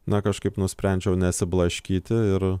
na kažkaip nusprendžiau nesiblaškyti ir